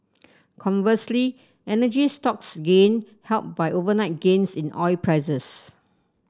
conversely energy stocks gained helped by overnight gains in oil prices